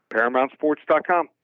ParamountSports.com